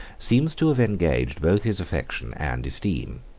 seems to have engaged both his affection and esteem.